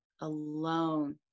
alone